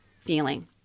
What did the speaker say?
feeling